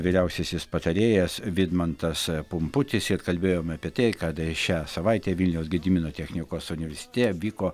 vyriausiasis patarėjas vidmantas pumputis ir kalbėjome apie tai kad šią savaitę vilniaus gedimino technikos universitete vyko